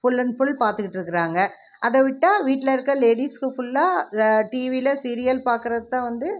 full and full பார்த்துட்டு இருக்கிறாங்க அதை விட்டால் வீட்டில் இருக்கும் லேடிஸுக்கு ஃபுல்லாக டிவியில் சீரியல் பாக்கிறதுதான் வந்து